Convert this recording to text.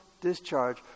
discharge